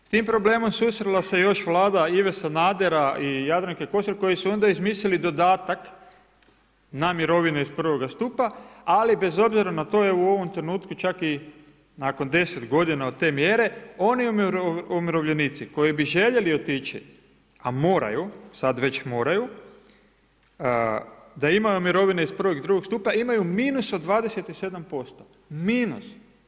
Sa tim problemom susrela se još Vlada Ive Sanadera i Jadranke Kosor koji su onda izmislili dodatak na mirovine iz prvoga stupa, ali bez obzira na to je u ovom trenutku čak i nakon 10 godina od te mjere, oni umirovljenici koji bi željeli otići, a moraju, sad već moraju, da imaju mirovine iz prvog i drugog stupa, imaju minus od 27%, minus.